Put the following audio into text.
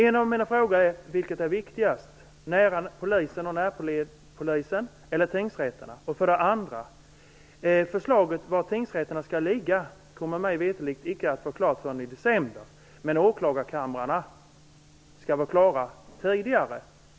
En av mina frågor är: Vilket är viktigast - nära polisen och närpolisen eller nära tingsrätterna? Vidare: Förslaget om var tingsrätterna skall ligga kommer mig veterligt icke att vara klart förrän i december, men när det gäller åklagarkamrarna skall det vara klart tidigare.